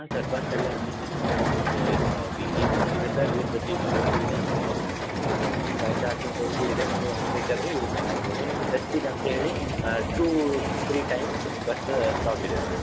ಹಾಂ sir bus ಎಲ್ಲ clean ಇದೆ ಸರ್ ವಿತ್ ವಿ ಎ ಸಿನು ಇದೆ sir with T V ports ನೀವು ನಿಮ್ಮ ಚಾರ್ಜಿಂಗ್ ಪೋಟ್ಸು ಇದೆ ನೀವು ಬೇಕಾದರೆ ಯೂಸ್ ಮಾಡ್ಕೊಬೌದು ನಿಮ್ಗೆ ರೆಸ್ಟಿಗೆ ಅಂತೇಳಿ ಟೂ ತ್ರೀ ಟೈಮ್ಸ್ ನಿಮ್ಗೆ ಬಸ್ ಸ್ಟಾಪ್ ಇದೆ ಸರ್